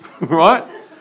Right